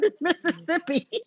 Mississippi